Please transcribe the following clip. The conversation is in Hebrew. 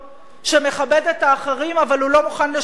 שמכבד את האחרים אבל הוא לא מוכן לשלם